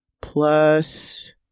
plus